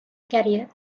career